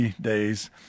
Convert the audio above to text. days